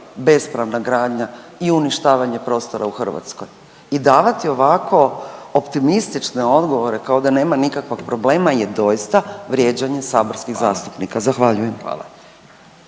bespravna gradnja i uništavanje prostora u Hrvatskoj. I davati ovako optimistične odgovore kao da nema nikakvog problema je doista vrijeđanje saborskih zastupnika. Zahvaljujem.